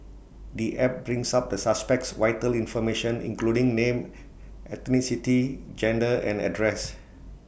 the app brings up the suspect's vital information including name ethnicity gender and address